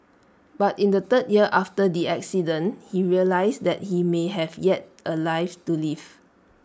but in the third year after the accident he realised that he may have yet A life to live